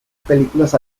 películas